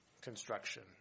construction